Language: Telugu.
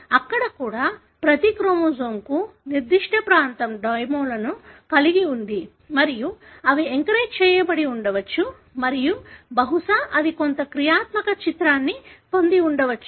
అక్కడ కూడా ప్రతి క్రోమోజోమ్కి నిర్దిష్ట ప్రాంతం డొమైన్లని కలిగి ఉంది మరియు అవి ఎంకరేజ్ చేయబడి ఉండవచ్చు మరియు బహుశా అది కొంత క్రియాత్మక చిత్యాన్ని పొంది ఉండవచ్చు